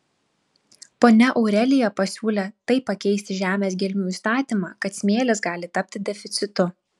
ponia aurelija pasiūlė taip pakeisti žemės gelmių įstatymą kad smėlis gali tapti deficitu